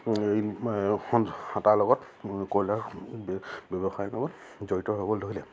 লগত কয়লাৰ ব্যৱসায়সমূহত জড়িত হ'বলৈ ধৰিলে